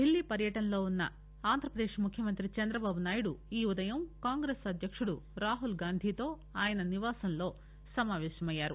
ఢిల్లీ పర్యటనలో ఉన్న ఆంధ్రప్రదేశ్ ముఖ్యమంత్రి చంద్రబాబునాయుడు ఈ ఉదయం కాంగ్రెస్ అధ్యకుడు రాహుల్ గాంధీతో ఆయన నివాసంలో సమావేశమయ్యారు